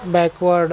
backward